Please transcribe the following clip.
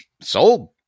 Sold